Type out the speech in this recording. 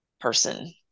person